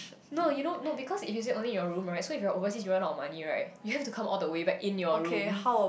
no you know no because if you say only in your room right so if you're overseas you run out of money right you have to come all the way back in your room